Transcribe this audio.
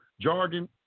jargon